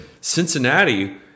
Cincinnati